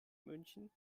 münchen